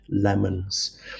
lemons